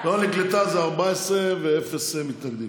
לא נקלטה, אז 14, ואפס מתנגדים.